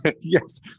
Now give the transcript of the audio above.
Yes